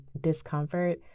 discomfort